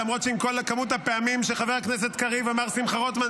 למרות שעם כל כמות הפעמים שחבר הכנסת קריב אמר שמחה רוטמן,